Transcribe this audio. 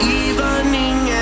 evening